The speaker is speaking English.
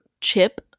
chip